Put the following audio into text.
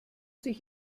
sich